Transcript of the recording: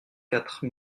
quatre